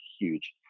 huge